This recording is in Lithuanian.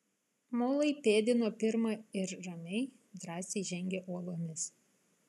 mulai pėdino pirma ir ramiai drąsiai žengė uolomis